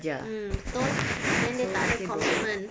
mm betul then dia tak ada commitment